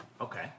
Okay